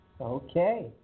Okay